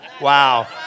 Wow